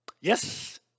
Yes